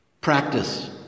Practice